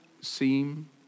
seem